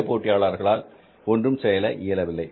புதிய போட்டியாளர் ஒன்றும் செய்ய இயலவில்லை